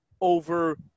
over